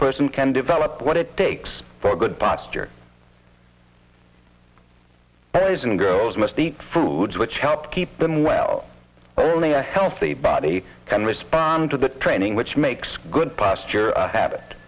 person can develop what it takes for good posture as in girls must eat foods which help keep them well but only a healthy body can respond to the training which makes good posture habit